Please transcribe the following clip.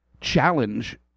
challenge